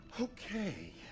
Okay